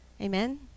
Amen